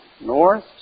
north